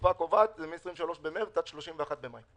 התקופה הקובעת זה מה-23 במרץ עד ה-31 במאי.